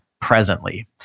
presently